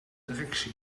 directrice